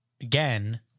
Again